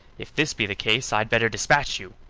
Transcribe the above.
if this be the case i'd better dispatch you!